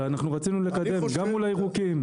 אבל אנחנו רצינו לקדם גם מול הירוקים.